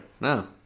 No